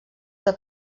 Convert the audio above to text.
que